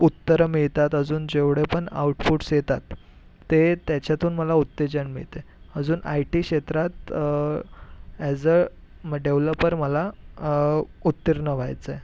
उत्तरं मिळतात अजून जेवढे पण आउटपुटस् येतात ते त्याच्यातून मला उत्तेजन मिळते अजून आय टी क्षेत्रात ॲज अ डेवलपर मला उत्तीर्ण व्हायचंय